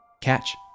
Catch